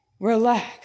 Relax